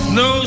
no